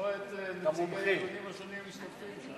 לשמוע את נציגי הארגונים השונים שמשתתפים.